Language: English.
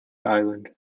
island